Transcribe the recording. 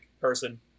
person